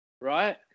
Right